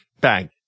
bang